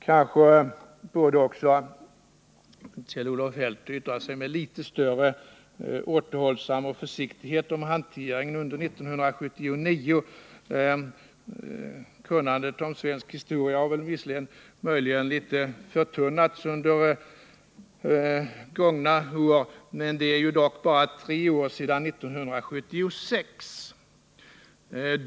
Kanske borde Kjell-Olof Feldt också yttra sig med litet större återhållsamhet och försiktighet om hanteringen under 1979. Kunskaperna i svensk historia har visserligen möjligen förtunnats något under gångna år, men det är dock bara tre år som gått sedan 1976.